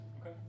Okay